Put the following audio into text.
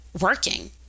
working